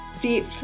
deep